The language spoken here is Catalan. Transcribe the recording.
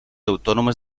autònomes